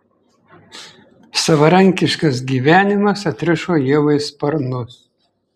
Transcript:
savarankiškas gyvenimas atrišo ievai sparnus